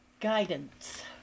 Guidance